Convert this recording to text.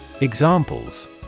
Examples